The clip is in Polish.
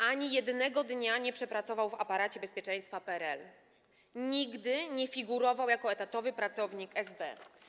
Ani jednego dnia nie przepracował w aparacie bezpieczeństwa PRL, nigdy nie figurował jako etatowy pracownik SB.